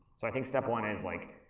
so i think step one is like,